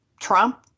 Trump